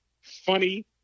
funny